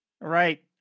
Right